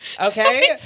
Okay